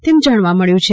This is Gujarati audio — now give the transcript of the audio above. તેમ જાણવા મળ્યું છે